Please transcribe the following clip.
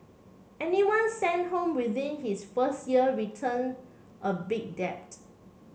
anyone sent home within his first year return a big debt